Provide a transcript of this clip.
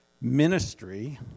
ministry